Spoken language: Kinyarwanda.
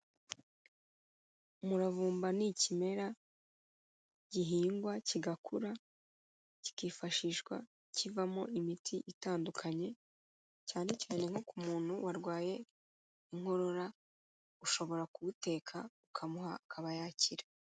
Umuravumba ni ikimera gihingwa kigakura, kikifashishwa kivamo imiti itandukanye, cyane cyane nko ku muntu warwaye inkorora, ushobora kuwuteka ukamuha akaba yakira.